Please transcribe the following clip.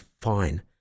fine